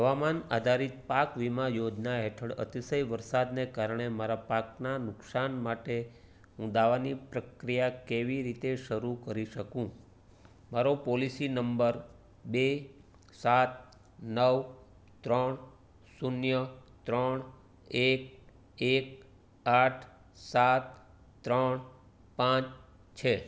હવામાન આધારિત પાક વીમા યોજના હેઠળ અતિશય વરસાદને કારણે મારા પાકના નુકસાન માટે હું દાવાની પ્રક્રિયા કેવી રીતે શરૂ કરી શકું મારો પોલિસી નંબર બે સાત નવ ત્રણ શૂન્ય ત્રણ એક એક આઠ સાત ત્રણ પાંચ છે